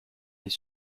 les